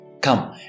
Come